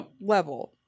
level